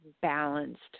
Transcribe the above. balanced